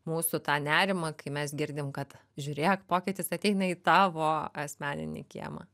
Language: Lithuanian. mūsų tą nerimą kai mes girdim kad žiūrėk pokytis ateina į tavo asmeninį kiemą